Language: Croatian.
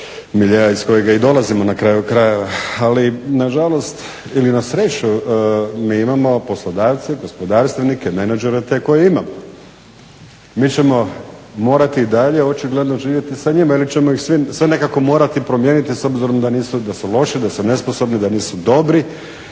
miljea iz kojega i dolazimo na kraju krajeva. Ali na žalost ili na sreću mi imamo poslodavce, gospodarstvenike, menadžere te koje imamo. Mi ćemo morati i dalje očigledno živjeti sa njima ili ćemo ih sve nekako morati promijeniti s obzirom da nisu, da su loši, da su nesposobni, da nisu dobri.